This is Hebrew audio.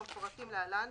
בוקר טוב לכולם.